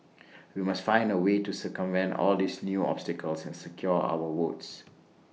we must find A way to circumvent all these new obstacles and secure our votes